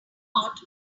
caught